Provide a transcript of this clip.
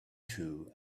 true